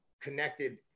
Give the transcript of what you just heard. connected